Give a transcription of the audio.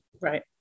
Right